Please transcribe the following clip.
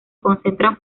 concentran